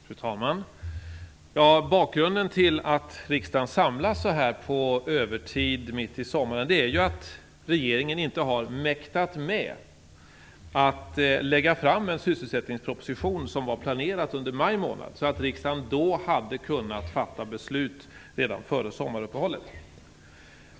Fru talman! Bakgrunden till att riksdagen samlas så här på övertid mitt i sommaren är ju att regeringen inte har mäktat lägga fram en sysselsättningsproposition under maj månad, som var planerat, så att riksdagen hade kunnat fatta beslut före sommaruppehållet.